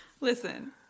Listen